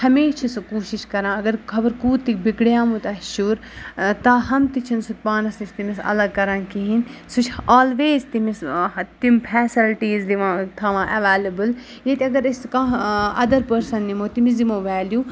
ہمیشہِ چھِ سُہ کوٗشِش کَران اگر خبر کوٗت تہِ بِگڈیومُت آسہِ شُر تاہم تہِ چھِنہٕ سُہ پانَس نِش تٔمِس الگ کَران کِہیٖنۍ سُہ چھِ آلویز تٔمِس تِم فیسَلٹیٖز دِوان تھاوان اٮ۪ویلبٕل ییٚتہِ اگر أسۍ کانٛہہ اَدَر پٔرسَن نِمو تٔمِس دِمو ویلیوٗ